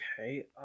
Okay